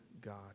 God